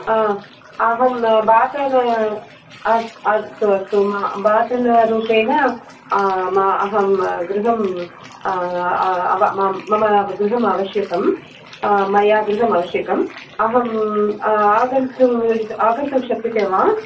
हा अहं भाटन अस् अस्तु अस्तु म भाटन रूपेण आ म अहं गृहं अव माम् मम गृहमावश्यकं मया गृहमावश्यकम् अहं आगन्तुं द् आगन्तुं शक्यते वा